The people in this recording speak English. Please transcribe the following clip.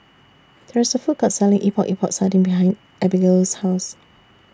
There IS A Food Court Selling Epok Epok Sardin behind Abigale's House